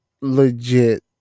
legit